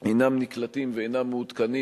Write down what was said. אינם נקלטים ואינם מעודכנים,